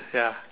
ya